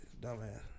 Dumbass